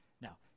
Now